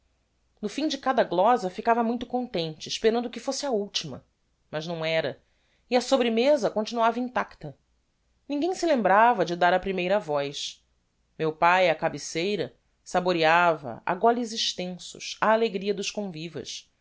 no fim de cada glosa ficava muito contente esperando que fosse a ultima mas não era e a sobremeza continuava intacta ninguem se lembrava de dar a primeira voz meu pae á cabeceira saboreava a goles extensos a alegria dos convivas